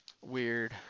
weird